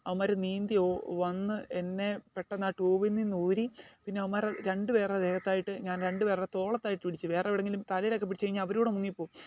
അവന്മാർ നീന്തി വന്നു എന്നെ പെട്ടെന്ന് ആ ട്യൂബിൽ നിന്ന് ഊരി പിന്നെ അവൻമാരുടെ രണ്ട്പേരുടെ ദേഹത്തായിട്ട് ഞാൻ രണ്ട് പേരുടെ തോളത്തായിട്ട് പിടിച്ച് വേറെ എവിടെ എങ്കിലും തലയിലൊക്കെ പിടിച്ചു കഴിഞ്ഞാൽ അവരും കൂടെ മുങ്ങിപ്പോവും